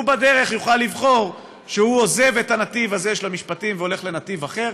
הוא בדרך יוכל לבחור לעזוב את הנתיב הזה של משפטים והולך לנתיב אחר.